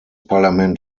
parlament